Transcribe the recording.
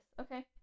Okay